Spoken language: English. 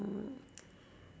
hmm